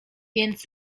więc